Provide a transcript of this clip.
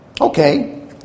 Okay